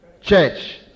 church